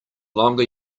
longer